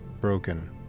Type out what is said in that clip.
broken